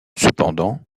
cependant